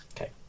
Okay